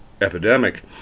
epidemic